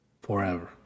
Forever